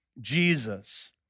Jesus